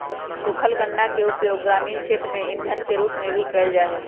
सूखल गन्ना के उपयोग ग्रामीण क्षेत्र में इंधन के रूप में भी कइल जाहई